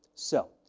so,